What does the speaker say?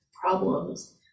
problems